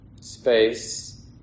space